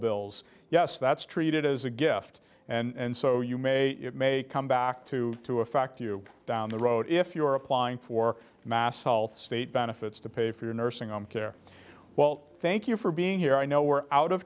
bills yes that's treated as a gift and so you may it may come back to to a fact you down the road if you are applying for mass health state benefits to pay for your nursing home care well thank you for being here i know we're out of